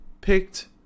picked